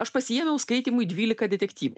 aš pasiėmiau skaitymui dvylika detektyvų